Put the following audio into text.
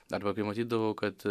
arba kai matydavau kad